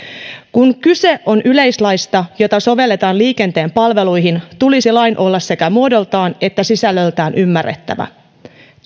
kun kyse on yleislaista jota sovelletaan liikenteen palveluihin tulisi lain olla sekä muodoltaan että sisällöltään ymmärrettävä